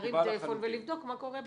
להרים טלפון ולבדוק מה קורה במוסד.